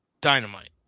dynamite